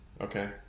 Okay